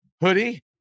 hoodie